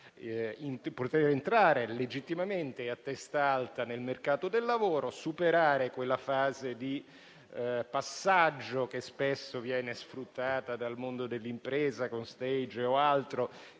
poter entrare legittimamente e a testa alta, nel mercato del lavoro, superando quella fase di passaggio che spesso viene sfruttata dal mondo dell'impresa, con *stage* o altro